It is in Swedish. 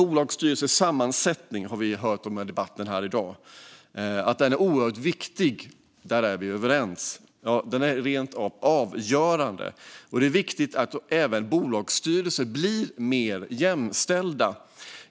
I dagens debatt har vi hört att en bolagsstyrelses sammansättning är oerhört viktig, rent av avgörande. Där är vi överens. Det är viktigt att även bolagsstyrelser blir mer jämställda.